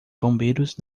bombeiros